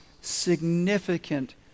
significant